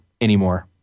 anymore